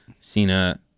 Cena